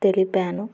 తెలిపాను